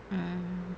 mm